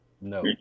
No